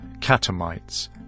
catamites